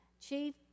chief